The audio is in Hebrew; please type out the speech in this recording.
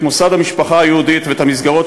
את מוסד המשפחה היהודית ואת המסגרות